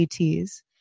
ETs